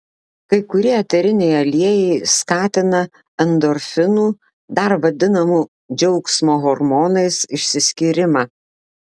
kai kurie eteriniai aliejai skatina endorfinų dar vadinamų džiaugsmo hormonais išsiskyrimą